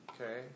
Okay